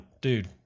dude